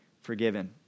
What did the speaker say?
forgiven